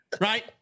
Right